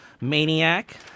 Maniac